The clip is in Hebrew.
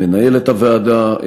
מנהלת הוועדה,